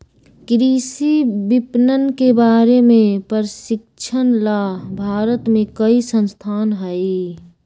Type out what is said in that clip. कृषि विपणन के बारे में प्रशिक्षण ला भारत में कई संस्थान हई